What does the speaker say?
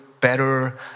better